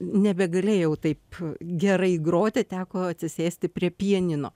nebegalėjau taip gerai groti teko atsisėsti prie pianino